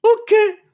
Okay